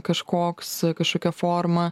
kažkoks kažkokia forma